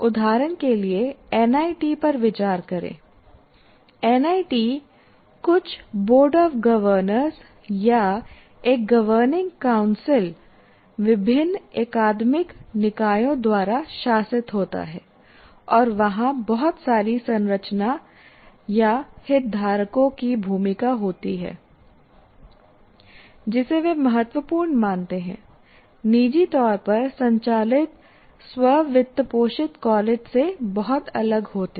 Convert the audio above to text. उदाहरण के लिए एनआईटी पर विचार करें एनआईटी कुछ बोर्ड ऑफ गवर्नर्स या एक गवर्निंग काउंसिल विभिन्न अकादमिक निकायों द्वारा शासित होता है और वहां बहुत सारी संरचना या हितधारकों की भूमिका होती है जिसे वे महत्वपूर्ण मानते हैं निजी तौर पर संचालित स्व वित्तपोषित कॉलेज से बहुत अलग होते हैं